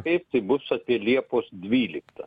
taip tik bus apie liepos dvyliktą